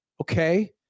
Okay